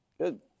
Good